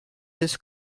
this